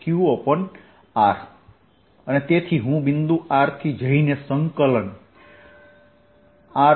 Vr14π0qr તેથી હું બિંદુ r થી જઈને સંકલન rE